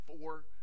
four